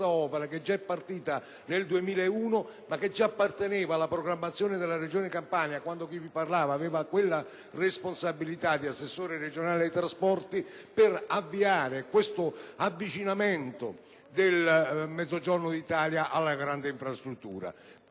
quest'opera, già partita nel 2001, ma che già apparteneva alla programmazione della Regione Campania, quando chi vi parla aveva la responsabilità di assessore regionale ai trasporti, per avviare questo avvicinamento del Mezzogiorno d'Italia alla grande infrastruttura.